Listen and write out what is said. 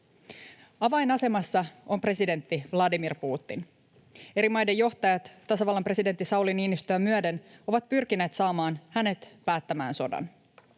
Avainasemassa on presidentti Vladimir Putin. Eri maiden johtajat tasavallan presidentti Sauli Niinistöä myöden ovat pyrkineet saamaan hänet päättämään sodan.